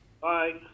Bye